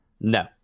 no